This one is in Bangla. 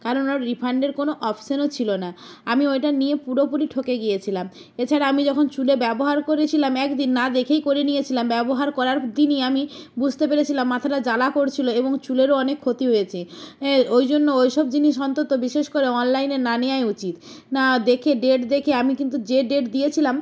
কারণ ওর রিফান্ডের কোনও অপশনও ছিলো না আমি ওইটা নিয়ে পুরোপুরি ঠকে গিয়েছিলাম এছাড়া আমি যখন চুলে ব্যবহার করেছিলাম একদিন না দেখেই করে নিয়েছিলাম ব্যবহার করার দিনই আমি বুঝতে পেরেছিলাম মাথাটা জ্বালা করছিলো এবং চুলেরও অনেক ক্ষতি হয়েছে ওই জন্য ওই সব জিনিস অন্তত বিশেষ করে অনলাইনে না নেওয়াই উচিত না দেখে ডেট দেখে আমি কিন্তু যে ডেট দিয়েছিলাম